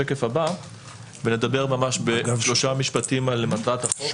ונדבר בשלושה משפטים על מטרת החוק.